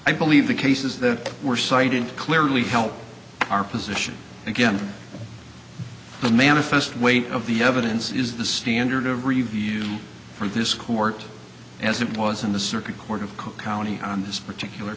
i believe the cases that were cited clearly help our position against the manifest weight of the evidence is the standard of review from this court as it was in the circuit court of cook county on this particular